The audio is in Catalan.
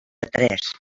tres